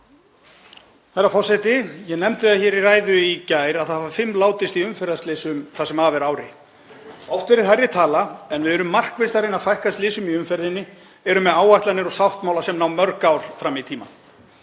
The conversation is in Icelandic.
Herra forseti. Ég nefndi það í ræðu í gær að það hafa fimm látist í umferðarslysum það sem af er ári. Oft verið hærri tala en við erum markvisst að reyna að fækka slysum í umferðinni, erum með áætlanir og sáttmála sem ná mörg ár fram í tímann.